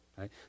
right